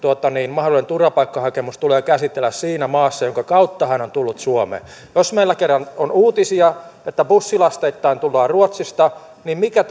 mahdollinen turvapaikkahakemuksensa tulee käsitellä siinä maassa jonka kautta hän on tullut suomeen jos meillä kerran on uutisia että bussilasteittain tullaan ruotsista niin mikä